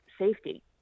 safety